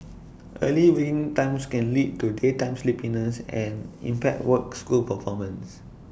early win times can lead to daytime sleepiness and impaired work school performance